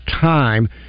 time